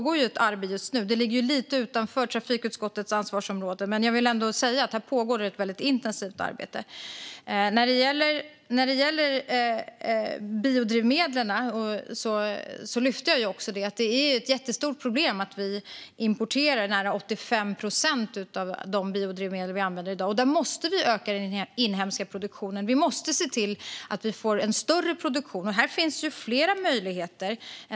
Det ligger lite utanför trafikutskottets ansvarsområde, men jag vill ändå säga att det pågår ett väldigt intensivt arbete här. När det gäller biodrivmedel tog jag upp att det är ett jättestort problem att vi importerar nära 85 procent av de biodrivmedel vi använder i dag. Där måste vi öka den inhemska produktionen. Vi måste se till att vi får en större produktion, och här finns ju flera möjligheter.